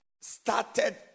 started